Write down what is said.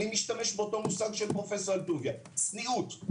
אני משתמש באותו מושג של פרופ' אלטוביה צניעות.